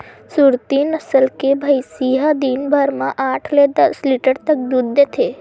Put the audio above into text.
सुरती नसल के भइसी ह दिन भर म आठ ले दस लीटर तक दूद देथे